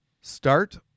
start